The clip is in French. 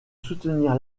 soutenir